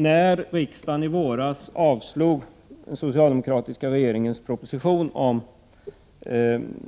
När riksdagen i våras avslog den socialdemokratiska regeringens proposition om